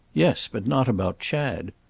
yes, but not about chad.